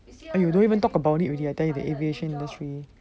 eh you don't even talk about it I tell you the aviation industry